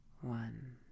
one